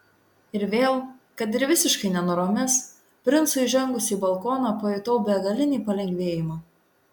ir vėl kad ir visiškai nenoromis princui įžengus į balkoną pajutau begalinį palengvėjimą